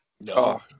No